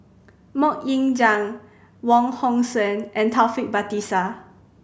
Mok Ying Jang Wong Hong Suen and Taufik Batisah